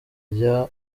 rya